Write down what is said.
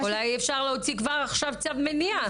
אולי אפשר להוציא כבר עכשיו צו מניעה.